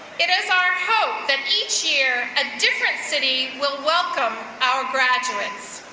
it is our hope that each year a different city will welcome our graduates.